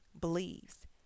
believes